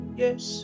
yes